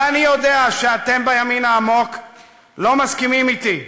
ואני יודע שאתם בימין העמוק לא מסכימים אתי,